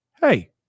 hey